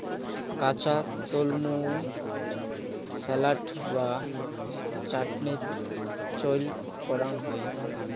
কাঁচা তলমু স্যালাড বা চাটনিত চইল করাং হই